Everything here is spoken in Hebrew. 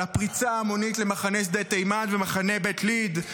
על הפריצה ההמונית למחנה שדה תימן ומחנה בית ליד.